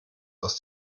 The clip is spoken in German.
aus